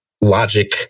logic